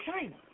China